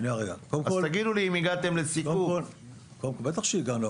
אז תגידו לי א הגעתם לסיכום --- בטח שהגענו,